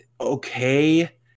Okay